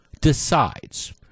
decides –